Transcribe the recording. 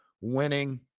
winning